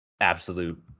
absolute